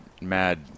mad